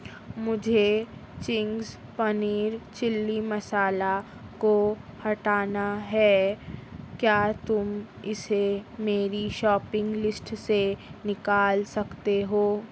مجھے Ching's paneer chilli masala کو ہٹانا ہے کیا تم اسے میری شاپنگ لسٹ سے نکال سکتے ہو